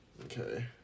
Okay